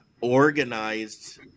organized